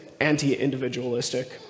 anti-individualistic